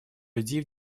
людей